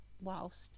whilst